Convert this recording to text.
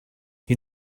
you